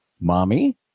Mommy